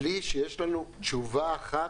בלי שיש לנו תשובה אחת,